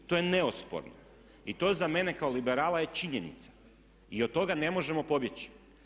To je neosporno i to za mene kao liberala je činjenica i od toga ne možemo pobjeći.